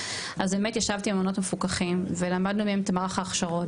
אז באמת ישבתי עם מעונות מפוקחים ולמדנו מהם את מערך ההכשרות,